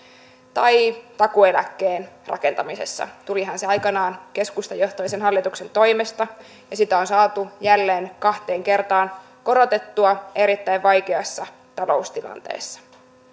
kuin takuueläkkeen rakentamisessa tulihan se aikanaan keskustajohtoisen hallituksen toimesta ja sitä on saatu jälleen kahteen kertaan korotettua erittäin vaikeassa taloustilanteessa